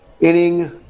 inning